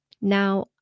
Now